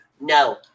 no